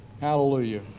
Hallelujah